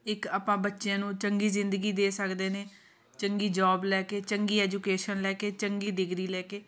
ਇੱਕ ਆਪਾਂ ਬੱਚਿਆਂ ਨੂੰ ਚੰਗੀ ਜ਼ਿੰਦਗੀ ਦੇ ਸਕਦੇ ਨੇ ਚੰਗੀ ਜੋਬ ਲੈ ਕੇ ਚੰਗੀ ਐਜੂਕੇਸ਼ਨ ਲੈ ਕੇ ਚੰਗੀ ਡਿਗਰੀ ਲੈ ਕੇ